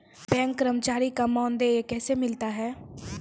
Bank कर्मचारी का मानदेय कैसे मिलता हैं?